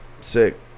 Sick